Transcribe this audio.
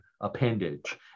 appendage